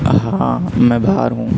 ہاں میں باہر ہوں